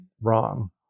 wrong